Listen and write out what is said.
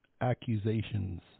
accusations